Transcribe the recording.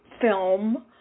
film